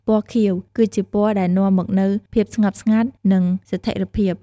ពណ៌ខៀវ គឺជាពណ៌ដែលនាំមកនូវ ភាពស្ងប់ស្ងាត់ និង ស្ថេរភាព។